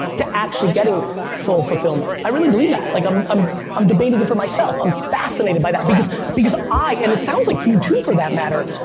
to actually getting full fulfillment. i really believe that. like i'm um i'm debating it for myself, i'm fascinated by that. because because i, and it sounds like you too for that matter,